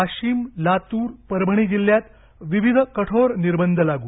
वाशीम लातुर परभणी जिल्ह्यात विविध कठोर निर्बंध लागु